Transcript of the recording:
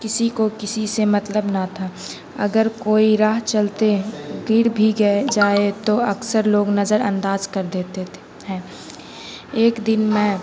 کسی کو کسی سے مطلب نہ تھا اگر کوئی راہ چلتے گر بھی جائے تو اکثر لوگ نظر انداز کر دیتے تھے ہیں ایک دن میں